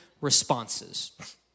responses